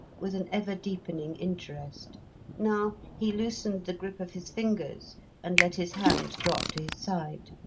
with an ever-deepening interest now he loosened the grip of his fingers and let his hand drop to his side.